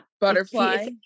butterfly